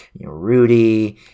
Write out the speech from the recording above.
Rudy